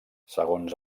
segons